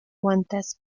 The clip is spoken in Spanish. cuantas